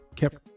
kept